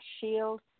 shield